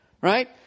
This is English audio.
Right